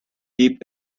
deep